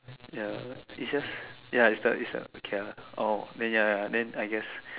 ya is just ya is the is the okay ah oh then ya ya I guess